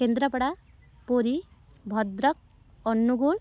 Kendrapara Puri Bhadrak Angul